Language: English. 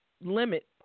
limit